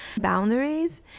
boundaries